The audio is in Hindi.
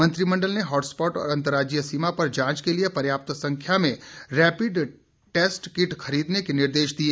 मंत्रिमण्डल ने हॉटस्पॉट और अंतर्राज्यीय सीमा पर जांच के लिए पर्याप्त संख्या में रैपिड टैस्ट किट खरीदने के निर्देश दिए